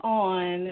on –